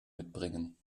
mitbringen